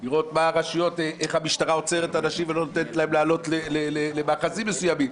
לראות איך המשטרה עוצרת אנשים ולא נותנת להם לעלות למאחזים מסוימים.